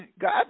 God